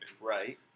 right